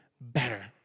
better